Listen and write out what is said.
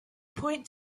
point